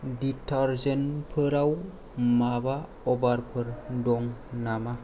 डिटारजेन्टफोराव माबा अफारफोर दङ नामा